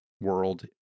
world